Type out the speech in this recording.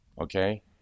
okay